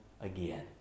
again